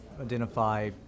identify